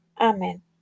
Amen